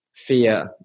fear